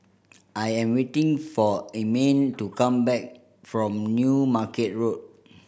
I am waiting for Ermine to come back from New Market Road